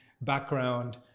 background